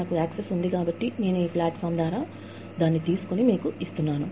నాకు యాక్సెస్ ఉంది కాబట్టి నేను ఈ వేదిక ద్వారా దాన్ని తీసుకొని మీకు ఇస్తున్నాను